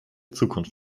zukunft